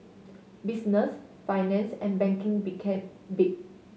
business finance and banking became big